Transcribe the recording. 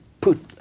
put